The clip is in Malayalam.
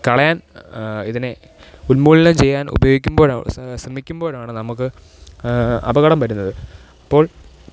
കളയാന് ഇതിനെ ഉന്മൂലനം ചെയ്യാന് ഉപയോഗിക്കുമ്പോഴോ ശ്രമിക്കുമ്പോഴാണ് നമുക്ക് അപകടം പറ്റുന്നത് അപ്പോള്